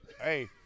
Hey